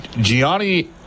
Gianni